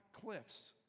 cliffs